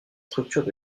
structures